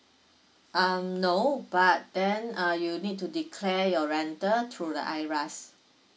um no but then uh you need to declare your rental to the IRAS